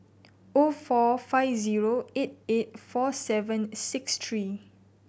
O four five zero eight eight four seven six three